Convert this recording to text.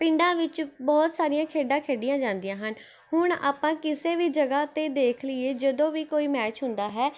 ਪਿੰਡਾਂ ਵਿੱਚ ਬਹੁਤ ਸਾਰੀਆਂ ਖੇਡਾਂ ਖੇਡੀਆਂ ਜਾਂਦੀਆਂ ਹਨ ਹੁਣ ਆਪਾਂ ਕਿਸੇ ਵੀ ਜਗ੍ਹਾ 'ਤੇ ਦੇਖ ਲਈਏ ਜਦੋਂ ਵੀ ਕੋਈ ਮੈਚ ਹੁੰਦਾ ਹੈ